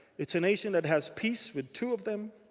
it's a nation that has peace with two of them.